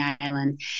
island